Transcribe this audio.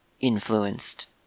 influenced